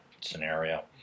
scenario